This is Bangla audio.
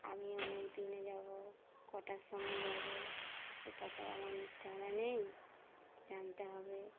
আমি অমুক দিনে যাব কটার সময় যাব সেটা তো আমার জানা নেই জানতে হবে